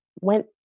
went